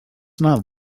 not